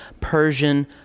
Persian